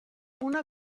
una